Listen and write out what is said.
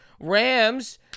Rams